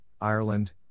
Ireland